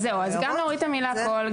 אז גם להוריד את המילה "כל",